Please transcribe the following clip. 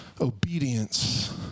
obedience